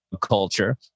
culture